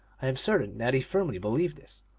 i am certain that he firmly believed this.